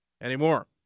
anymore